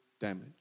damage